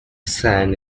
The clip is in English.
sand